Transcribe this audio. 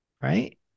Right